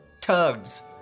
tugs